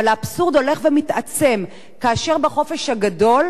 אבל האבסורד הולך ומתעצם כאשר בחופש הגדול,